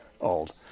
old